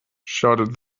shouted